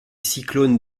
cyclone